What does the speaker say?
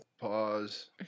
Pause